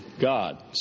God